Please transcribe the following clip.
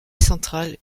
central